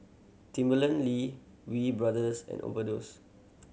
Timberland Lee Wee Brothers and Overdose